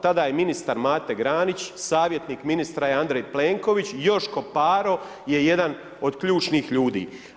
Tada je ministar Mate Granić, savjetnik ministra je Andrej Plenković, Joško Paro je jedan od ključnih ljudi.